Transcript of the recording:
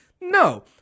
No